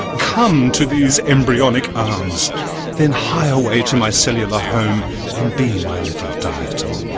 come to these embryonic arms then hie away to my cellular home and be my little diatom!